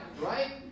Right